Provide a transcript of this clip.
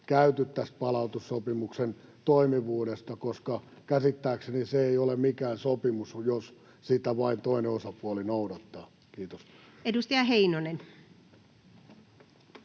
tästä palautussopimuksen toimivuudesta, koska käsittääkseni se ei ole mikään sopimus, jos sitä vain toinen osapuoli noudattaa. — Kiitos. Edustaja Heinonen.